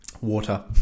Water